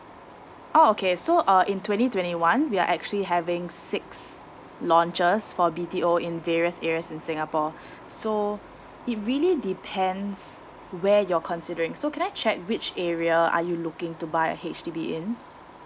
oh okay so uh in twenty twenty one we are actually having six launches for B_T_O in various areas in singapore so it really depends where you're considering so can I check which area are you looking to buy a H_D_B in